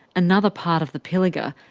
another part of the pilliga,